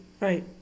right